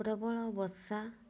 ପ୍ରବଳ ବର୍ଷା